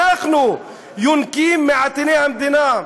אנחנו יונקים מעטיני המדינה,